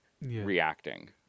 reacting